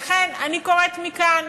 לכן אני קוראת מכאן